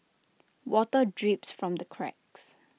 water drips from the cracks